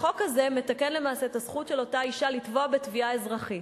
החוק הזה מתקן למעשה את הזכות של אותה אשה לתבוע בתביעה אזרחית.